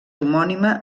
homònima